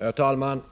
Herr talman!